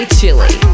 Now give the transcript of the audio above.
Chili